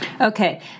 Okay